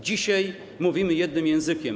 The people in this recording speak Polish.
Dzisiaj mówimy jednym językiem.